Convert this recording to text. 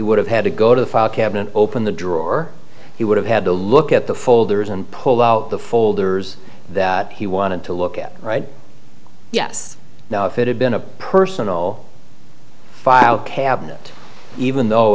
would have had to go to the file cabinet open the drawer he would have had to look at the folders and pull out the folders that he wanted to look at yes now if it had been a personal file cabinet even though